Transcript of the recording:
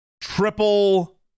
Triple